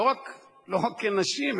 לא רק כנשים,